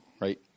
Right